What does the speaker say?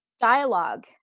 Dialogue